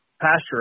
pasture